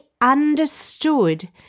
understood